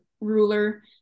ruler